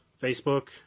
Facebook